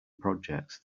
projects